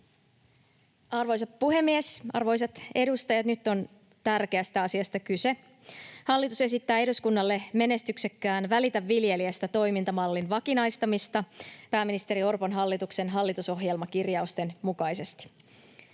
Arvoisa puhemies! Arvoisat edustajat, nyt on tärkeästä asiasta kyse. Hallitus esittää eduskunnalle menestyksekkään Välitä viljelijästä ‑toimintamallin vakinaistamista pääministeri Orpon hallituksen hallitusohjelmakirjausten mukaisesti.